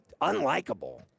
unlikable